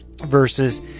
Versus